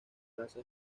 raza